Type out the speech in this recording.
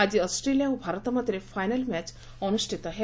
ଆଜି ଅଷ୍ଟ୍ରେଲିଆ ଓ ଭାରତ ମଧ୍ୟରେ ଫାଇନାଲ ମ୍ୟାଚ ଅନୁଷ୍ଠିତ ହେବ